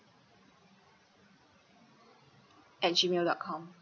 at Gmail dot com